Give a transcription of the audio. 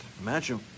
Imagine